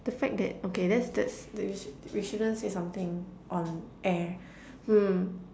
the fact that okay that's that's we sh~ we shouldn't say something on air hmm